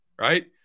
right